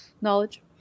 knowledge